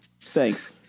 Thanks